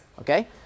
Okay